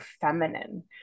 feminine